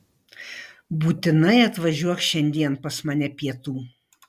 būtinai atvažiuok šiandien pas mane pietų